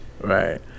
Right